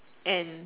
and